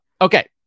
okay